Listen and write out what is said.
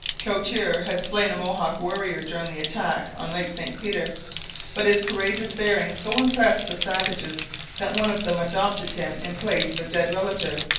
couture had slain a mohawk warrior during the attack on lake st peter but his courageous bearing so impressed the savages that one of them adopted him in place of a dead relative,